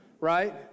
Right